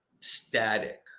static